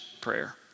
prayer